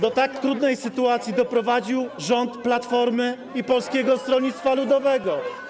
do tak trudnej sytuacji doprowadził rząd Platformy i Polskiego Stronnictwa Ludowego.